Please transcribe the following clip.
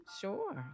Sure